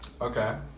okay